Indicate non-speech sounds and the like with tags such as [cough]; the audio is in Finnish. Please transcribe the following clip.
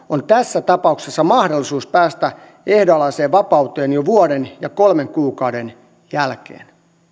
[unintelligible] on tässä tapauksessa mahdollisuus päästä ehdonalaiseen vapauteen jo vuoden ja kolmen kuukauden jälkeen